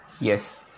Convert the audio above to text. yes